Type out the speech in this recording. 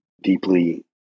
deeply